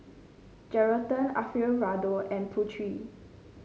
Geraldton Alfio Raldo and Pureen